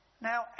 Now